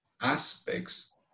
aspects